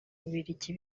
bubiligi